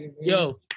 yo